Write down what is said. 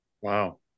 wow